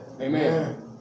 Amen